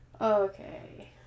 Okay